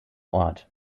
ort